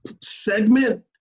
segment